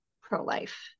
pro-life